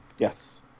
Yes